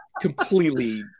completely